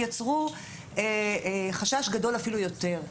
יצרו חשש גדול אפילו יותר,